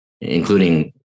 including